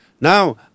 Now